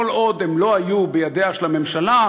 כל עוד הם לא היו בידיה של הממשלה,